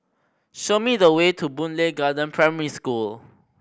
show me the way to Boon Lay Garden Primary School